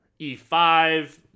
E5